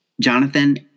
Jonathan